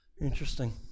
interesting